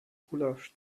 gulasch